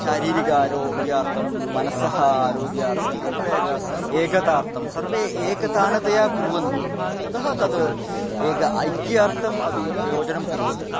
शारीरिकम् आरोग्यार्थं मनसः आरोग्यार्थं तत्र एकम् एकतार्थं सर्वे एकतानतया कुर्वन्ति अतः तद् एकम् ऐक्यार्थम् अपि प्रयोजनं कुर्वन्ति